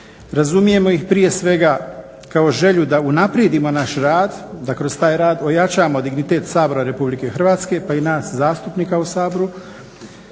Razumijemo ih prije svega kao želju da unaprijedimo naš rad, da kroz taj rad ojačamo dignitet Sabora Republike Hrvatske, pa i nas zastupnika u Saboru.